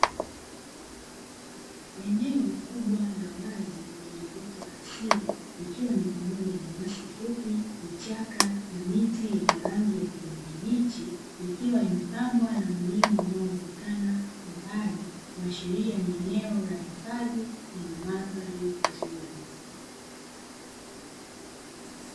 Eneo kubwa la wazi lenye uoto wa asili ikiwa ni pamoja na nyasi fupi, vichaka na miti yenye rangi ya kijani kibichi, ikiwa imepambwa na mlima unaoonekana kwa mbali, kuashiria ni eneo la hifadhi lenye mandhari nzuri.